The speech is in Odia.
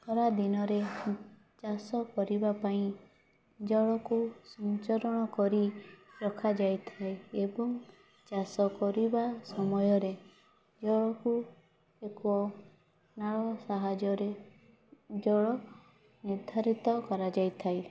ଖରା ଦିନରେ ଚାଷ କରିବା ପାଇଁ ଜଳକୁ ସଞ୍ଚରଣ କରି ରଖାଯାଇଥାଏ ଏବଂ ଚାଷ କରିବା ସମୟରେ ଜଳକୁ ଏକ ନାଳ ସାହାଯ୍ୟରେ ଜଳ ନର୍ଦ୍ଧାରିତ କରାଯାଇଥାଏ